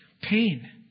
pain